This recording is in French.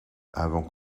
avant